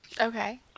Okay